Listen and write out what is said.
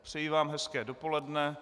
Přeji vám hezké dopoledne.